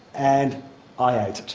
and i ah ate it.